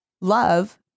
love